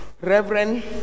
Reverend